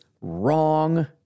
Wrong